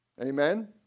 Amen